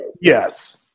yes